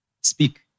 Speak